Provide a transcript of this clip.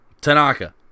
Tanaka